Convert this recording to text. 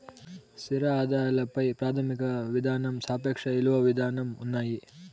స్థిర ఆదాయాల పై ప్రాథమిక విధానం సాపేక్ష ఇలువ విధానం ఉన్నాయి